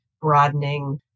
broadening